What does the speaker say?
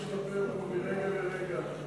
משתפר מרגע לרגע.